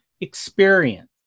experience